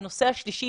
הנושא השלישי,